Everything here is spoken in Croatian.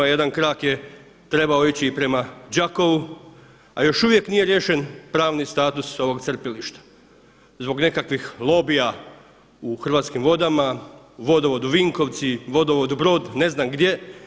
Jedan krak je trebao ići i prema Đakovu, a još uvijek nije riješen pravni status ovog crpilišta, zbog nekakvih lobija u Hrvatskim vodama, Vodovodu Vinkovci, Vodovodu Brod, ne znam gdje.